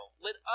let